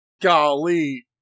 Golly